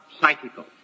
psychical